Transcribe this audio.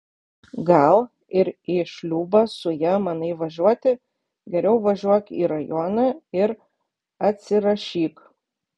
gal ir į šliūbą su ja manai važiuoti geriau važiuok į rajoną ir atsirašyk